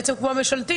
בעצם כמו ההצעה ממשלתית,